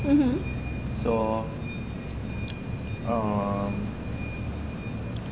so mm